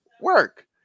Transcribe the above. work